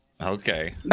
Okay